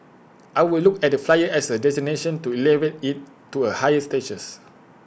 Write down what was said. I would look at the flyer as A destination to elevate IT to A higher status